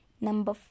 Number